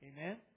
Amen